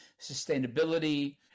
sustainability